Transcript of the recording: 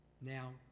now